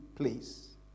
Please